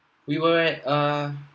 we were at err